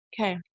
Okay